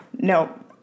No